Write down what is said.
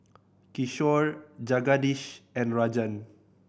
Kishore Jagadish and Rajan